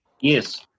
Yes